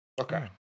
Okay